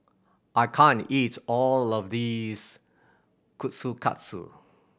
I can't eat all of this Kushikatsu